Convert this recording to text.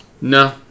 No